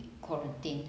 quarantine